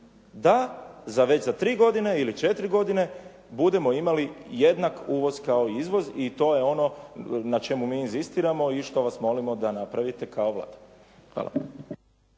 za već za tri godine ili četiri godine budemo imali jednak uvoz kao izvoz i to je ono na čemu mi inzistiramo i što vas molimo da napravite kao Vlada. Hvala.